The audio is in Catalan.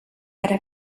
ara